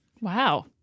Wow